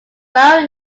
borough